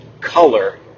color